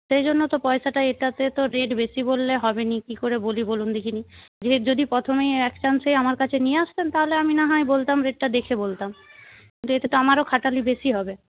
সেই জন্য তো পয়সাটা এটাতে রেট বেশী বললে হবেনি কি করে বলুন দেখিনি ফের যদি প্রথমেই এক চান্সেই আমার কাছে নিয়ে আসতেন তাহলে আমি না হয় বলতাম যে রেটটা দেখে বলতাম কিন্তু এতে তো আমারও খাটালি বেশী হবে